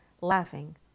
laughing